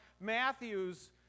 Matthew's